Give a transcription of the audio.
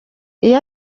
iyo